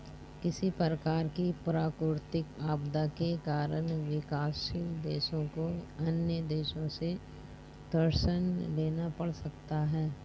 किसी प्रकार की प्राकृतिक आपदा के कारण विकासशील देशों को अन्य देशों से ऋण लेना पड़ सकता है